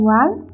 one